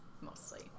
Mostly